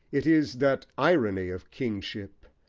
it is that irony of kingship,